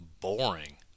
boring